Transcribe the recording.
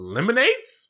Lemonades